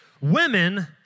Women